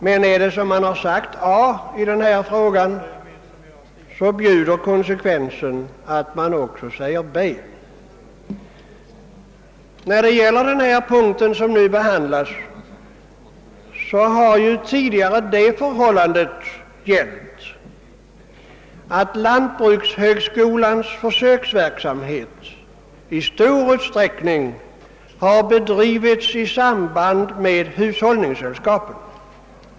Men har man sagt A i denna fråga bjuder konsekvensen att man också säger B. När det gäller den punkt som nu behandlas har tidigare det förhållandet gällt att lantbrukshögskolans försöksverksamhet i stor utsträckning bedrivits i samarbete med hushållningssällskapen.